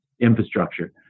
infrastructure